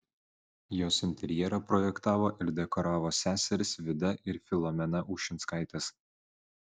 jos interjerą projektavo ir dekoravo seserys vida ir filomena ušinskaitės